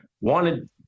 wanted